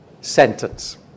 sentence